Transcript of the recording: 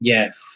Yes